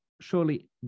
Surely